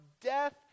death